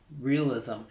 realism